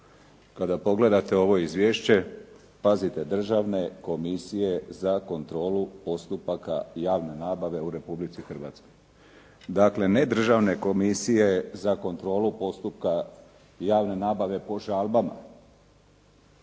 Kada pogledate ovo Izvješće pazite Državne komisije za kontrolu postupaka javne nabave u Republici Hrvatskoj. Dakle, ne Državne komisije za kontrolu postupka javne nabave …